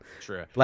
True